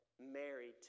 married